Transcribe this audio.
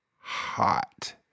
hot